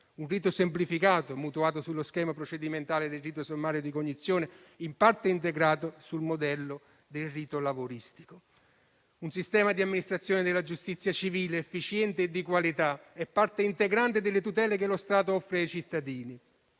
un rito semplificato, mutuato sullo schema procedimentale del rito sommario di cognizione, in parte integrato sul modello del rito lavoristico. Un sistema di amministrazione della giustizia civile efficiente e di qualità è parte integrante delle tutele che lo Stato offre ai cittadini,